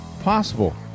possible